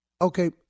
okay